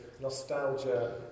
nostalgia